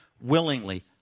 willingly